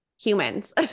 humans